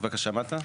בבקשה, שמעת?